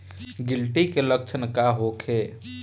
गिलटी के लक्षण का होखे?